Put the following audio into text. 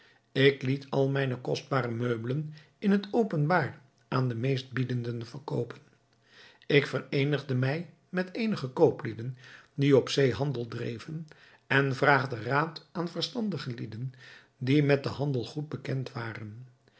ik liet al mijne kostbare meubelen in het openbaar aan de meestbiedenden verkoopen ik vereenigde mij met eenige kooplieden die op zee handel dreven en vraagde raad aan verstandige lieden die met den handel goed bekend waren